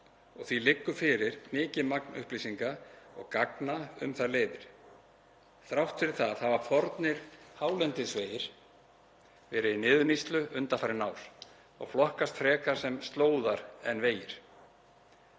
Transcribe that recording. og því liggur fyrir mikið magn upplýsinga og gagna um þær leiðir. Þrátt fyrir það hafa fornir hálendisvegir verið í niðurníðslu undanfarin ár og flokkast frekar sem slóðar en vegir.